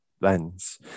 lens